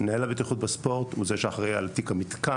מנהל הבטיחות בספורט הוא זה שאחראי על תיק המתקן,